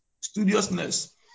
Studiousness